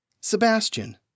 Sebastian